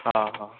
હા હા